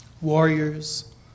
Warriors